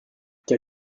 quel